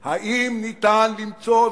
אם ניתן למצוא,